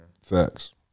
Facts